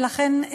ולכן,